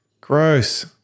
Gross